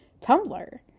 tumblr